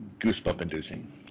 goosebump-inducing